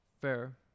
Fair